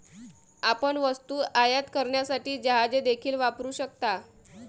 आपण वस्तू आयात करण्यासाठी जहाजे देखील वापरू शकता